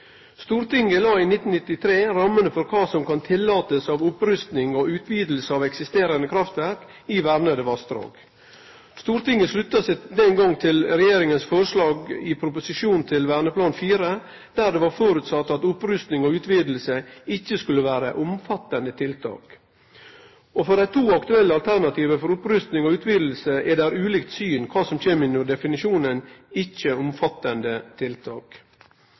Stortinget la i 1993 rammene for kva som ein skal tillate av opprusting og utviding av eksisterande kraftverk i verna vassdrag. Stortinget slutta seg den gongen til regjeringas forslag i proposisjonen til Verneplan IV, der ein føresette at opprusting og utviding ikkje skulle vere omfattande tiltak. På dei to aktuelle alternativa for opprusting og utviding er det ulikt syn på kva som kjem innunder definisjonen «ikke omfattende tiltak». Dei to aktuelle tiltaka er